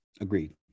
Agreed